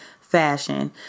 fashion